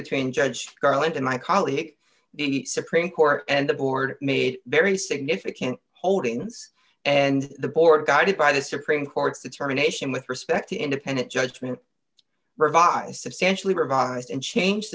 between judge garland and my colleague the supreme court and the board made very significant holdings and the board guided by the supreme court's determination with respect to independent judgment revised substantially revised and change